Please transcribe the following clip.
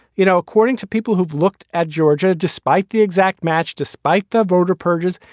you know, according to people who've looked at georgia, despite the exact match, despite the voter purges.